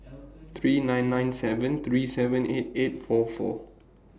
three nine nine seven three seven eight eight four four